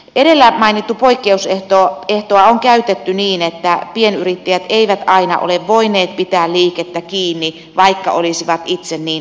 edellä mainittua poikkeusehtoa on käytetty niin että pienyrittäjät eivät aina ole voineet pitää liikettä kiinni vaikka olisivat niin itse halunneetkin